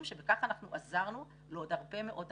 שבכך אנחנו עזרנו לעוד הרבה מאוד אנשים.